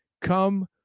come